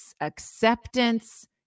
acceptance